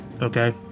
okay